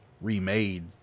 remade